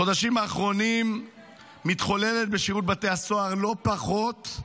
בחודשים האחרונים מתחוללת בשירות בתי הסוהר לא פחות ממהפכה.